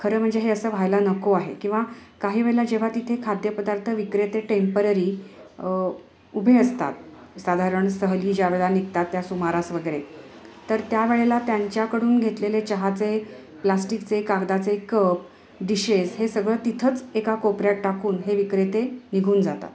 खरं म्हणजे हे असं व्हायला नको आहे किंवा काही वेळेला जेव्हा तिथे खाद्यपदार्थ विक्रेते टेम्पररी उभे असतात साधारण सहली ज्या वेळेला निघतात त्या सुमारास वगैरे तर त्यावेळेला त्यांच्याकडून घेतलेले चहाचे प्लास्टिकचे कागदाचे कप डिशेस हे सगळं तिथंच एका कोपऱ्यात टाकून हे विक्रेते निघून जातात